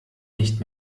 nicht